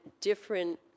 different